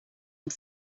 und